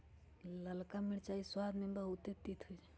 ललका मिरचाइ सबाद में बहुते तित होइ छइ